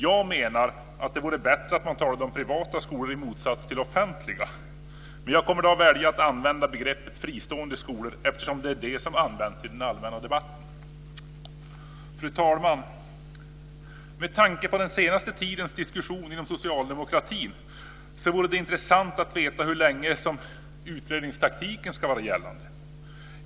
Jag menar att det vore bättre om man talade om privata skolor i motsats till offentliga. Men jag kommer att välja att använda begreppet fristående skolor, eftersom det är det som används i den allmänna debatten. Fru talman! Med tanke på den senaste tidens diskussion inom socialdemokratin vore det intressant att få veta hur länge utredningstaktiken ska vara gällande.